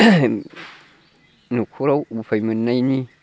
न'खराव उफाय मोननायनि